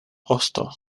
osto